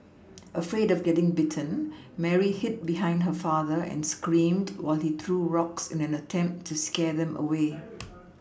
afraid of getting bitten Mary hid behind her father and screamed while he threw rocks in an attempt to scare them away